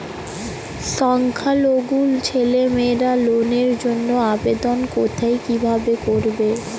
সংখ্যালঘু ছেলেমেয়েরা লোনের জন্য আবেদন কোথায় কিভাবে করবে?